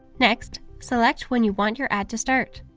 next, select when you want your ad to start.